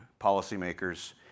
policymakers